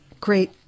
great